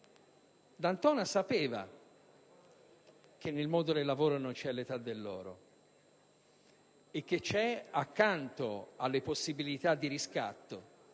D'Antona sapeva che nel mondo del lavoro non c'è l'età dell'oro e che, accanto alle possibilità di riscatto